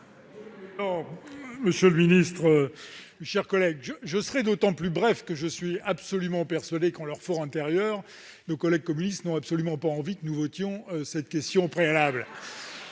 monsieur le ministre, mes chers collègues, je serai d'autant plus bref que je suis absolument persuadé que, en leur for intérieur, nos collègues communistes n'ont absolument pas envie que nous votions cette question préalable.